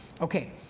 Okay